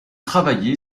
travaillé